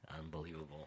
Unbelievable